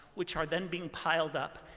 which are then being piled up,